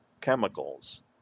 chemicals